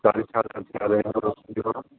कार्यशाला शालायाम् अस्ति वा